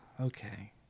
okay